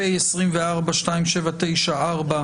פ/2794/24,